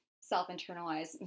self-internalized